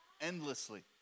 endlessly